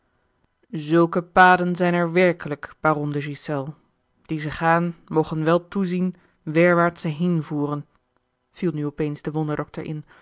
zulke paden zijn er werkelijk baron de ghiselles die ze gaan mogen wel toezien werwaarts ze heenvoeren viel nu op eens de wonderdokter in